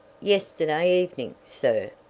yesterday evening, sir.